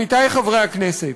עמיתי חברי הכנסת,